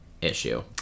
issue